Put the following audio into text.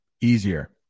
easier